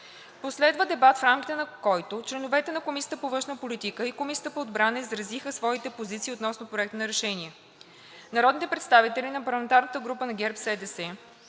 Последва дебат в рамките на който членовете на Комисията по външна политика и на Комисията по отбрана изразиха своите позиции относно Проекта на решение. Народните представители от парламентарната група на ГЕРБ СДС,